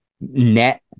net